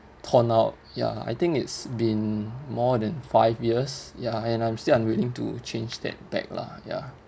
torn out ya I think it's been more than five years ya and I'm still unwilling to change that bag lah ya